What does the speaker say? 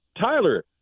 Tyler